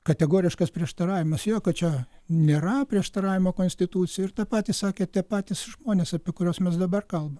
kategoriškas prieštaravimas jo kad čia nėra prieštaravimo konstitucijai ir tą patį sakė tie patys žmonės apie kuriuos mes dabar kalbam